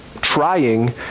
trying